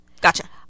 gotcha